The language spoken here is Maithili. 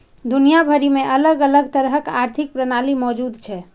दुनिया भरि मे अलग अलग तरहक आर्थिक प्रणाली मौजूद छै